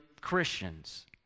christians